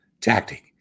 tactic